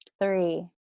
Three